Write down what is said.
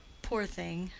poor thing!